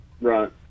Right